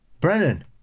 Brennan